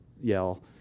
yell